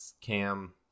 Cam